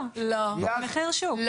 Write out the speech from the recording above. לא, מחיר שוק.